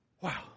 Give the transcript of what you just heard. wow